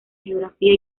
geografía